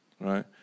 right